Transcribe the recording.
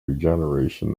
regeneration